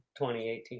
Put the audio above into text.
2018